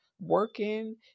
working